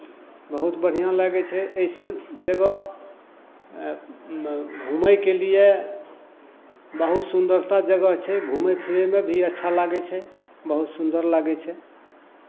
बहुत बढ़िआँ लागै छै एहिसभ जगह घूमयके लिए बहुत सुन्दरता जगह छै घूमय फिरयमे भी अच्छा लागै छै बहुत सुन्दर लागै छै